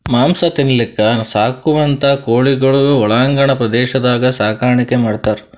ಮಾಂಸ ತಿನಲಕ್ಕ್ ಸಾಕುವಂಥಾ ಕೋಳಿಗೊಳಿಗ್ ಒಳಾಂಗಣ ಪ್ರದೇಶದಾಗ್ ಸಾಕಾಣಿಕೆ ಮಾಡ್ತಾರ್